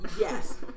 yes